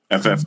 ff